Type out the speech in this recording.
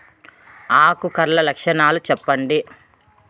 ఆకు కర్ల లక్షణాలు సెప్పండి